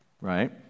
right